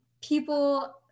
people